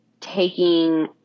taking